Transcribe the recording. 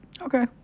Okay